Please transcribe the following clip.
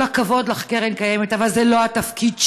כל הכבוד לך, קרן קיימת, אבל זה לא התפקיד שלה,